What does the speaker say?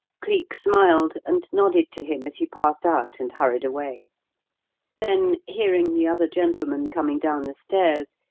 cleek smiled and nodded to him as he passed out and hurried away then, hearing the other gentlemen coming down the stairs,